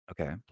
Okay